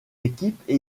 équipes